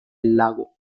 lago